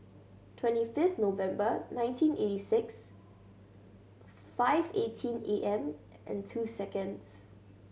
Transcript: twenty fifth November nineteen eighty six five eighteen A M and two seconds